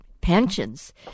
pensions